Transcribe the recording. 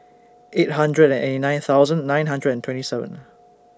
eight hundred and eighty nine thousand nine hundred and twenty seven